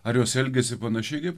ar jos elgėsi panašiai kaip